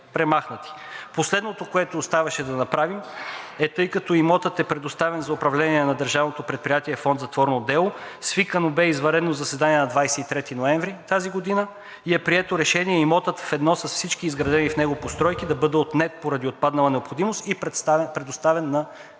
Последното, което оставаше да направим, е, тъй като имотът е предоставен за управление на държавно предприятие „Фонд затворно дело“, свикано бе извънредно заседание на 23 ноември тази година и е прието решение имотът, ведно с всички изградени в него постройки, да бъде отнет поради отпаднала необходимост и предоставен на